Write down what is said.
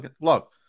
Look